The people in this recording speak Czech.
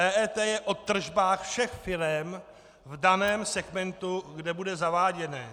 EET je o tržbách všech firem v daném segmentu, kde bude zaváděné.